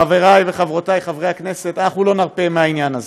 חבריי וחברותיי חברי הכנסת, לא נרפה מהעניין הזה,